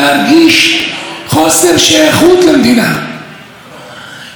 על בית חם, או על בית כנסת, זה לא מעניין אותם,